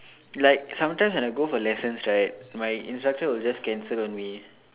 like sometimes when I go for lessons right my instructor will just cancel on we